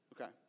okay